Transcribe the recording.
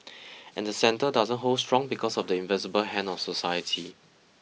and the centre doesn't hold strong because of the invisible hand of society